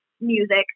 music